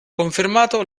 confermato